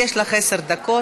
גברתי, יש לך עשר דקות.